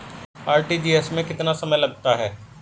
RTGS में कितना समय लगता है?